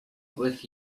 with